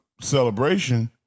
celebration